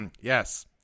yes